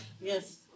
Yes